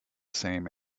same